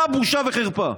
אתה בושה וחרפה.